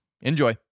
Enjoy